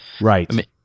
right